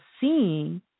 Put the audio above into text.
seeing